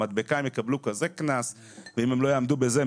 על מדבקה הם יקבלו קנס בגובה כזה ואם הם לא יעמדו בזה,